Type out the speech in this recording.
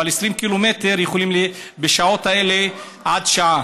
אבל 20 קילומטר בשעות האלה יכולים להיות עד שעה.